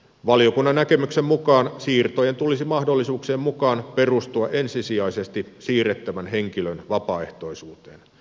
valiokunnan näkemyksen mukaan siirtojen tulisi mahdollisuuksien mukaan perustua ensisijaisesti siirrettävän henkilön vapaaehtoisuuteen